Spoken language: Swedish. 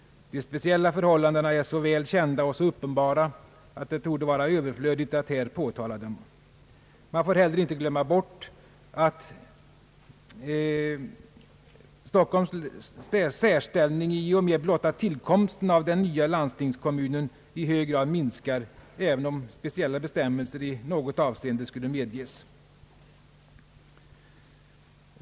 De speciella förhållandena är så väl kända och så uppenbara att det torde vara överflödigt att här påpeka dem. Man får heller inte glömma bort att Stockholms särställning i och med blotta tillkomsten av den nya landstingskommunen i hög grad minskar, även om speciella bestämmelser i något avseende skulle medges.